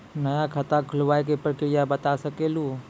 नया खाता खुलवाए के प्रक्रिया बता सके लू?